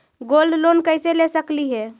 Gold loan कैसे ले सकली हे?